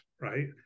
right